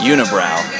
Unibrow